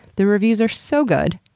the reviews are so good.